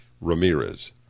Ramirez